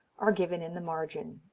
are given in the margin.